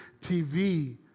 TV